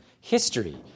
history